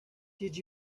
did